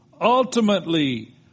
ultimately